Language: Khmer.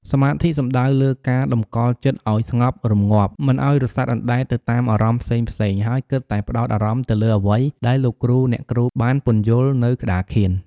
សមាធិសំដៅលើការតម្កល់ចិត្តឲ្យស្ងប់រម្ងាប់ មិនឲ្យរសាត់អណ្ដែតទៅតាមអារម្មណ៍ផ្សេងៗ ហើយគិតតែផ្ដោតអារម្មណ៍ទៅលើអ្វីដែលលោកគ្រូអ្នកគ្រូបានពន្យល់នៅក្ដារខៀន។